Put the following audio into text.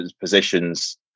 positions